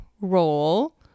role